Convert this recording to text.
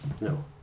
no